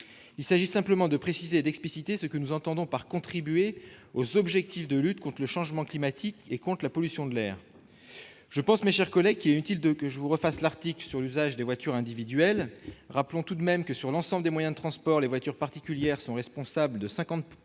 Il s'agit simplement de préciser et d'expliciter ce que nous entendons par contribuer « aux objectifs de lutte contre le changement climatique et contre la pollution de l'air ». Il est inutile, mes chers collègues, que je vous refasse l'article sur l'usage des voitures individuelles. Rappelons tout de même que, sur l'ensemble des moyens de transport, les voitures particulières sont responsables de 54